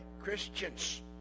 Christians